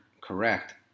correct